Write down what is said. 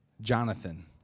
Jonathan